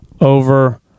over